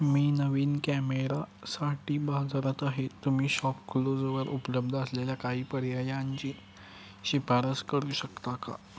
मी नवीन कॅमेरासाठी बाजारात आहे तुम्ही शॉपक्लूजवर उपलब्ध असलेल्या काही पर्यायांची शिफारस करू शकता का